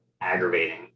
aggravating